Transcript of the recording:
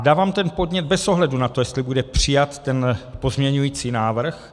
Dávám ten podnět bez ohledu na to, jestli bude přijat ten pozměňovací návrh.